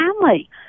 family